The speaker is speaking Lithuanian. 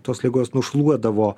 tos ligos nušluodavo